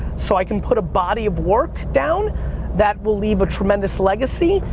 so i can put a body of work down that will leave a tremendous legacy,